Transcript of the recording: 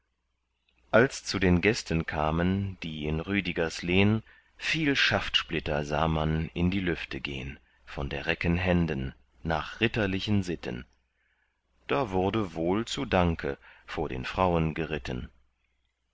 als zu den gästen kamen die in rüdigers lehn viel schaftsplitter sah man in die lüfte gehn von der recken händen nach ritterlichen sitten da wurde wohl zu danke vor den frauen geritten